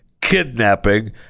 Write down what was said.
kidnapping